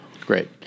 Great